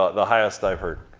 ah the highest i've heard.